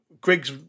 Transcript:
Griggs